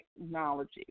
technology